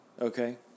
Okay